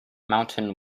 mountain